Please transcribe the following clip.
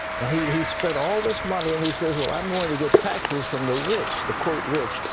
and he he spent all this money. and he says, well, i'm going to get taxes from the rich, the, quote, rich.